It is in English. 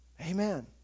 Amen